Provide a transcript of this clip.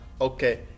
Okay